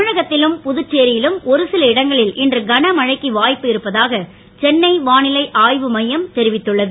தமிழகத்திலும் புதுச்சேரியிலும் ஒருசில இடங்களில் இன்று கனமழைக்கு வாய்ப்பு இருப்பதாக சென்னை வானிலை ஆய்வு மையம் தெரிவித்துள்ளது